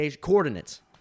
coordinates